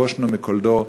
בושנו מכל דור?